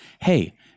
Hey